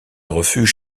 refuge